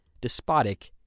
despotic